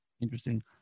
interesting